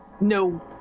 no